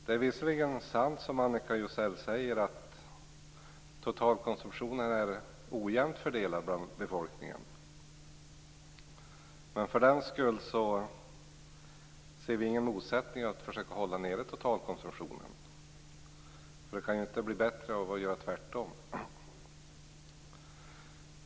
Det är visserligen sant som Annika Jonsell sade, att totalkonsumtionen är ojämnt fördelad bland befolkningen. Men vi ser ingen motsättning mellan detta och att försöka hålla nere totalkonsumtionen. Det kan ju inte bli bättre av att göra tvärtom.